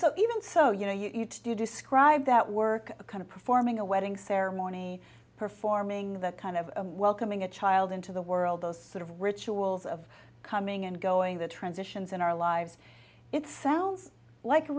straight even so you know you to do describe that work a kind of performing a wedding ceremony performing that kind of welcoming a child into the world those sort of rituals of coming and going the transitions in our lives it sounds like